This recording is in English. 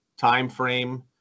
timeframe